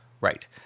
Right